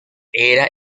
era